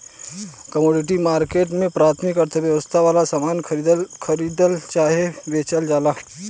commodity market में प्राथमिक अर्थव्यवस्था वाला सामान खरीदल चाहे बेचल जाला